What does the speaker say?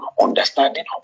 understanding